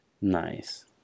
Nice